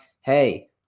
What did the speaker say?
hey